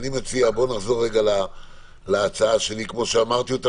אני מציע שנחזור להצעה שלי כפי שאמרתי אותה